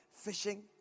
Fishing